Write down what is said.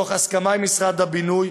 בהסכמה עם משרד הבינוי,